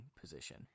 position